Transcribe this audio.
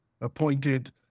appointed